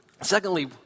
Secondly